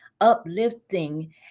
uplifting